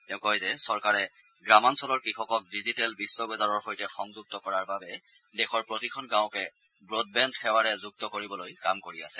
তেওঁ কয় যে চৰকাৰে গ্ৰামাঞ্চলৰ কৃষকক ডিজিটেল বিশ্ব বজাৰৰ সৈতে সংযুক্ত কৰাৰ বাবে দেশৰ প্ৰতিখন গাঁৱকে ৱডবেণ্ড সেৱাৰে যুক্ত কৰিবলৈ কাম কৰি আছে